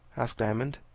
asked diamond.